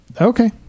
Okay